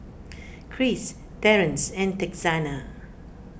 Cris Terrance and Texanna